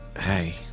Hey